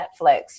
Netflix